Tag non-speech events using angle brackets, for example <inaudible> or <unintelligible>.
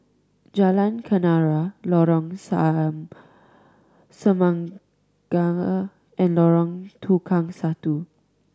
Jalan Kenarah Lorong <unintelligible> Semangka and Lorong Tukang Satu